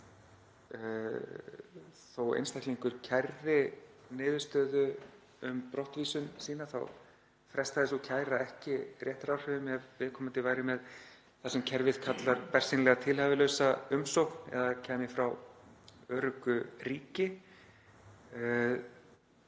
að einstaklingur kærði niðurstöðu um brottvísun sína þá frestaði sú kæra ekki réttaráhrifum ef viðkomandi væri með það sem kerfið kallar bersýnilega tilhæfulausa umsókn eða kæmi frá öruggu ríki.